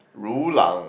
Rulang